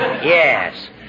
Yes